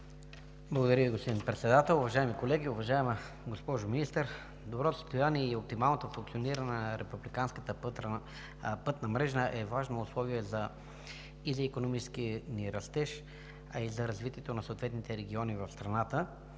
Благодаря Ви, господин Председател. Уважаеми колеги, уважаема госпожо Министър! Доброто състояние и оптималното функциониране на републиканската пътна мрежа е важно условие за икономическия ни растеж и за развитието на съответните региони в страната.